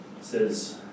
says